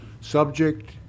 subject